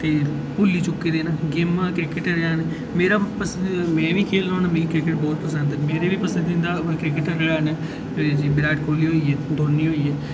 ते भुल्ली चुक्के दे न गेमां क्रिकेट हैन मेरा पसंदीदा में बी खेढनां होन्ना मिगी खेढना बहुत पसंद ऐ मेरा पसंदीदा मेरी बी पसंदीदा क्रिकेटर हैन विराट कोहली होई गेआ धोनी होई गेआ